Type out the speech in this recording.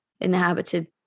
inhabited